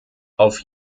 auf